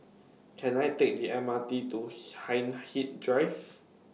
Can I Take The M R T to Hindhede Drive